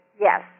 yes